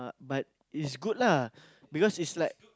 but it's good lah because it's like